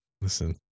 Listen